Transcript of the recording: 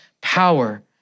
power